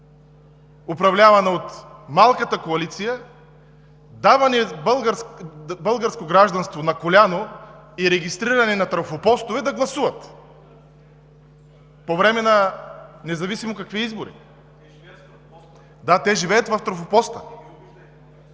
управлявана от малката коалиция, за даване на българско гражданство на коляно и регистриране на трафопостове, да гласуват по време на независимо какви избори. ХАМИД ХАМИД (ДПС, от